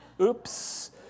Oops